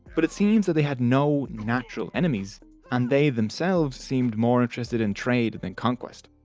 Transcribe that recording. but it seems they had no natural enemies and they themselves seemed more interested in trade than conquest.